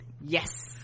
yes